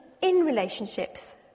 in-relationships